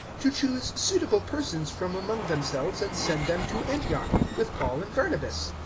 to choose suitable persons from among themselves and send them to antioch, with paul and barnabas.